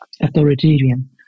authoritarian